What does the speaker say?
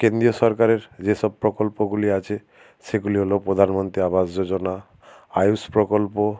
কেন্দ্রীয় সরকারের যেসব প্রকল্পগুলি আছে সেগুলি হল প্রধানমন্ত্রী আবাস যোজনা আয়ুষ প্রকল্প